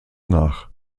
nach